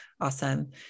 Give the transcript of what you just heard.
Awesome